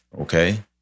okay